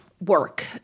work